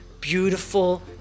beautiful